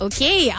Okay